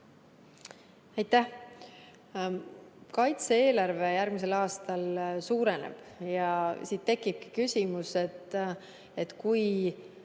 Aitäh! Kaitse-eelarve järgmisel aastal suureneb. Siit tekibki küsimus, et kui